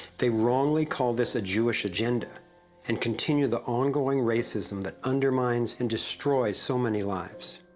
they wrongly call this a jewish agenda and continue the ongoing racism, that undermines and destroys so many lives.